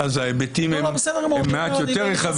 אז ההיבטים הם מעט יותר רחבים.